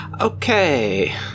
okay